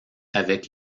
avec